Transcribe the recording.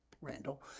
Randall